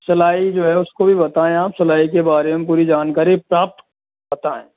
सिलाई जो है उसको भी उसको भी बताएं आप सिलाई के बारे में पूरी जानकारी प्राप्त बताएं